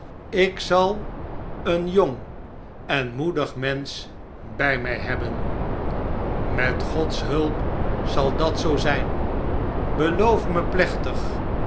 ik zal een jong en moedig mensch bjj mi hebben met gods hulp zal dat zoo zjjn beloof me plechtig